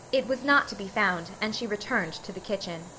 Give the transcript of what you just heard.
it was not to be found and she returned to the kitchen.